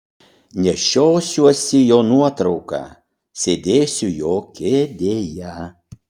nešiosiuosi jo nuotrauką sėdėsiu jo kėdėje